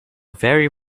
very